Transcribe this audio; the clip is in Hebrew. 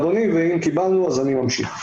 אדוני, אם קיבלנו, אני ממשיך.